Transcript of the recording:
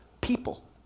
people